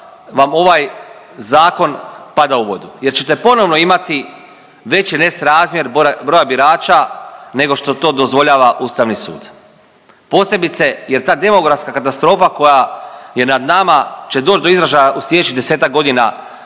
vam ovaj zakon pada u vodu jer ćete ponovo imati veći nesrazmjer broja birača nego što to dozvoljava Ustavni sud posebice jer ta demografska katastrofa koja je nad nama će doći do izražaja u slijedećih 10-ak godina